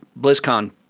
BlizzCon